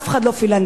אף אחד לא פילנתרופ,